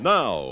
now